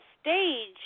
stage